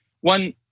one